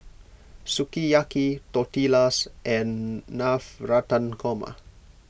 Sukiyaki Tortillas and Navratan Korma